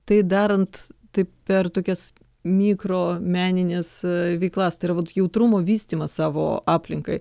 tai darant tai per tokias mikro menines veiklas tai yra vat jautrumo vystymas savo aplinkai